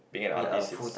being an artist it's